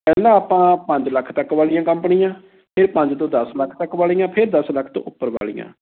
ਪਹਿਲਾਂ ਆਪਾਂ ਪੰਜ ਲੱਖ ਤੱਕ ਵਾਲੀਆਂ ਕੰਪਨੀਆਂ ਫਿਰ ਪੰਜ ਤੋਂ ਦਸ ਲੱਖ ਤੱਕ ਵਾਲੀਆਂ ਫਿਰ ਦਸ ਲੱਖ ਤੋਂ ਉੱਪਰ ਵਾਲੀਆਂ